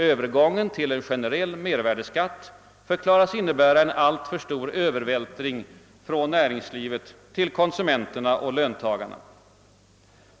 Övergången till en generell mervärdeskatt förklaras innebära en alltför stor övervältring från näringslivet till konsumenterna och löntagarna.